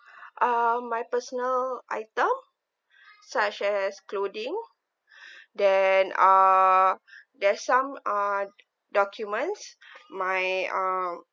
um my personal item such as clothing then uh there's some uh documents my um